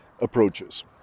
approaches